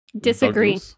Disagree